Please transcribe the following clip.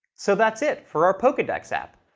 so that's it for our pokedex app.